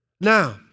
Now